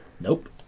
Nope